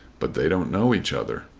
but they don't know each other.